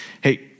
Hey